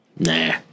Nah